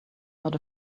not